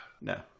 No